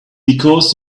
because